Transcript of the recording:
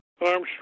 Armstrong